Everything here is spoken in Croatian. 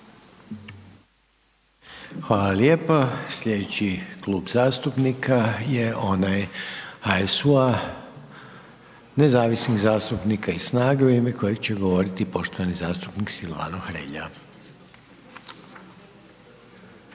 Hvala lijepa. Sljedeći klub zastupnika je onaj HSS-a i Demokrata u ime kojeg će govoriti poštovani zastupnik Mirando Mrsić.